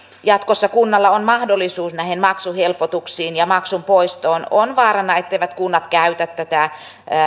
jatkossa kunnalla on mahdollisuus näihin maksuhelpotuksiin ja maksun poistoon on vaarana etteivät kunnat käytä tätä